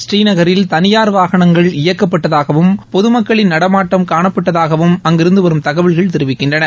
ஸ்ரீநகரில் தனியார் வாகனங்கள் இயக்கப்பட்டதாகவும் பொதுமக்களின் நடமாட்டம் காணப்பட்டதாகவும் அங்கிருந்து வரும் தகவல்கள் தெரிவிக்கின்றன